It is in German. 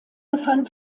befand